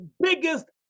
biggest